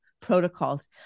protocols